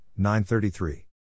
933